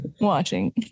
watching